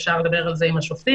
אפשר לדבר על זה עם השופטים,